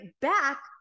back